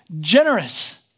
generous